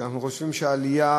שאנחנו חושבים שהעלייה,